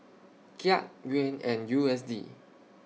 Kyat Yuan and U S D